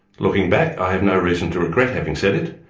looking back, i have no reason to regret having said it,